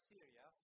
Syria